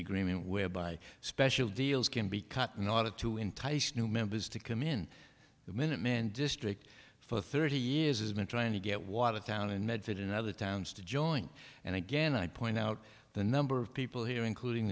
agreement whereby special deals can be cut in order to entice new members to come in the minutemen district for thirty years has been trying to get watered down in medford in other towns to join and again i point out the number of people here including